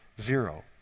zero